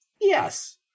Yes